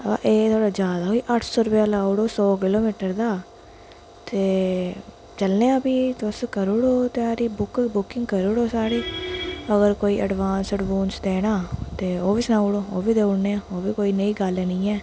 एह् थोह्ड़ा ज्यादा होई गेआ अट्ठ सौ रपेआ लाउड़ो सौ किलो मीटर दा ते चलने आं फ्ही तुस करुड़ो त्यारी बुक बुकिंग करुड़ो साढ़ी अगर कोई ऐडबांस ऐडबूंस देना ते ओह बी सनाउड़ो ओह् बी देउड़ने आं ओह् बी कोई नेही गल्ल नी ऐ